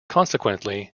consequently